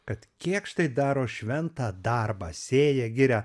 kad kėkštai daro šventą darbą sėja giria